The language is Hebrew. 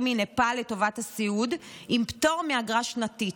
מנפאל לטובת הסיעוד עם פטור מאגרה שנתית,